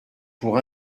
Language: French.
pour